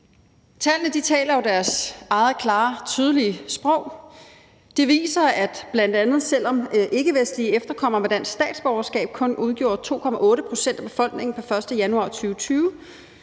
Tallene taler deres eget klare, tydelige sprog, og de viser bl.a., at selv om ikkevestlige efterkommere med dansk statsborgerskab kun udgjorde 2,8 pct. af befolkningen pr. 1. januar 2020,